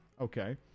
Okay